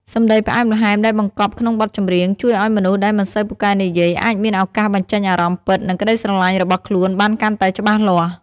សម្តីផ្អែមល្ហែមដែលបង្កប់ក្នុងបទចម្រៀង ជួយឱ្យមនុស្សដែលមិនសូវពូកែនិយាយ អាចមានឱកាសបញ្ចេញអារម្មណ៍ពិត និងក្តីស្រឡាញ់របស់ខ្លួនបានកាន់តែច្បាស់លាស់។